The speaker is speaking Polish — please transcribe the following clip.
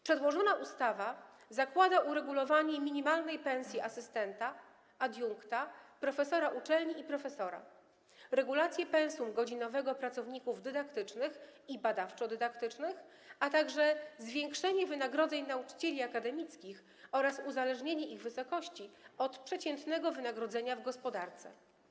Przedłożona ustawa zakłada uregulowanie minimalnej pensji asystenta, adiunkta, profesora uczelni i profesora, regulację pensum godzinowego pracowników dydaktycznych i badawczo-dydaktycznych, a także zwiększenie wynagrodzeń nauczycieli akademickich oraz uzależnienie ich wysokości od przeciętnego wynagrodzenia w gospodarce.